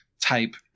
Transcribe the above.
type